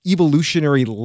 evolutionary